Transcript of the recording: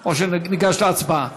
או שניגש להצבעה?